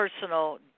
personal